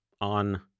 on